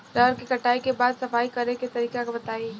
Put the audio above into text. रहर के कटाई के बाद सफाई करेके तरीका बताइ?